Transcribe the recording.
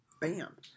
Bam